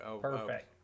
Perfect